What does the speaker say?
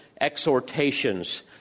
exhortations